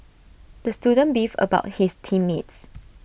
the student beefed about his team mates